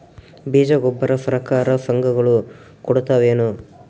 ಬೀಜ ಗೊಬ್ಬರ ಸರಕಾರ, ಸಂಘ ಗಳು ಕೊಡುತಾವೇನು?